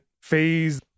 phase